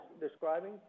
describing